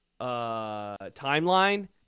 timeline